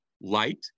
light